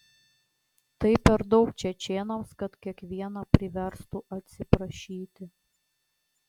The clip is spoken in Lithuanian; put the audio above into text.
tai per daug čečėnams kad kiekvieną priverstų atsiprašyti